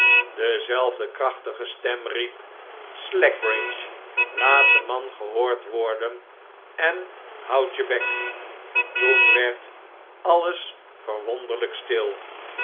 dezelfde krachtige stem riep slackbridge laat de man gehoord worden en houd jebek toen werd alles verwonderlijk stil